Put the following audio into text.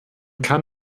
kann